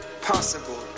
possible